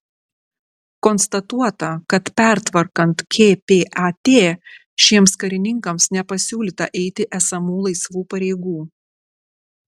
konstatuota kad pertvarkant kpat šiems karininkams nepasiūlyta eiti esamų laisvų pareigų